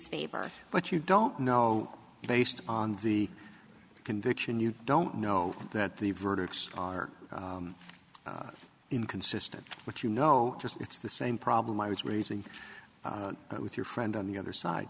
favor but you don't know based on the conviction you don't know that the verdicts are inconsistent but you know just it's the same problem i was raising with your friend on the other side